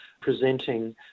presenting